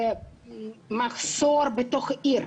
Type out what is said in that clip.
יש מחסור בתוך עיר.